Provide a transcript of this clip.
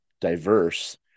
diverse